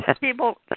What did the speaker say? people